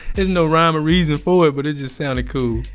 there's no rhyme or reason for it, but it just sounded cool,